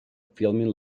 filming